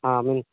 ᱦᱮᱸ